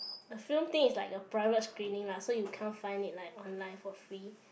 a film thing is like a private screening lah so you cannot find it like online for free